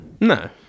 No